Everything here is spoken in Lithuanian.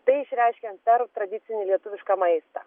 tai išreiškiant per tradicinį lietuvišką maistą